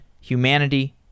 humanity